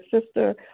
sister